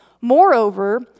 Moreover